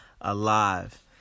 alive